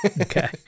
Okay